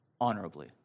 honorably